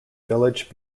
village